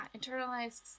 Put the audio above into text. internalized